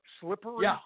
slippery